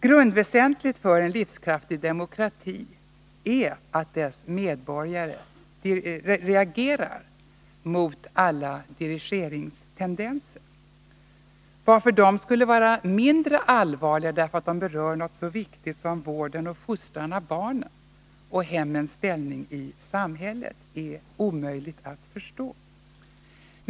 Grundväsentligt för en livskraftig demokrati är att dess medborgare reagerar mot alla dirigeringstendenser. Att de skulle vara mindre allvarliga, därför att de berör något så viktigt som vården och fostran av barnen och hemmens ställning i samhället, är omöjligt att förstå.